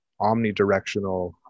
omnidirectional